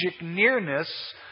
nearness